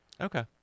Okay